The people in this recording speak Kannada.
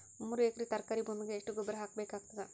ಮೂರು ಎಕರಿ ತರಕಾರಿ ಭೂಮಿಗ ಎಷ್ಟ ಗೊಬ್ಬರ ಹಾಕ್ ಬೇಕಾಗತದ?